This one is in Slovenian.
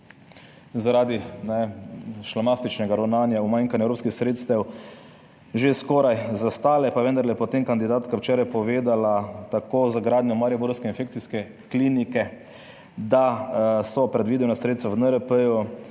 zaradi ne šlamastičnega ravnanja, pomanjkanja evropskih sredstev že skoraj zastale, pa je vendarle, potem kandidatka včeraj povedala tako za gradnjo mariborske infekcijske klinike, da so predvidena sredstva v NRP